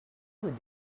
would